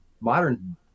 modern